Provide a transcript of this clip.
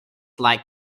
like